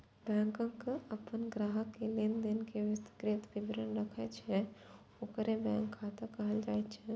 bank अपन ग्राहक के लेनदेन के विस्तृत विवरण राखै छै, ओकरे बैंक खाता कहल जाइ छै